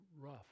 rough